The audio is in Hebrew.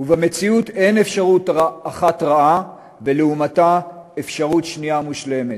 ובמציאות אין אפשרות אחת רעה ולעומתה אפשרות שנייה מושלמת.